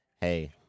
Hey